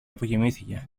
αποκοιμήθηκε